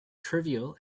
trivial